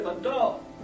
adult